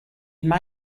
may